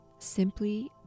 Simply